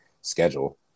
schedule